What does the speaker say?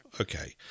okay